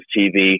TV